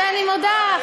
אני מודה,